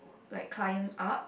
like climb up